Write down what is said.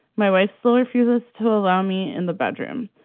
my wife still refuses to allow me in the bedroom.